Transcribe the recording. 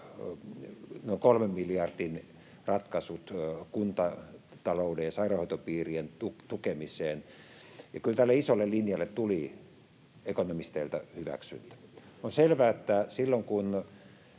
noin 3 miljardin ratkaisut kuntatalouden ja sairaanhoitopiirien tukemiseen. Kyllä tälle isolle linjalle tuli ekonomisteilta hyväksyntä. On selvää, että silloin kun